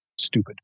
stupid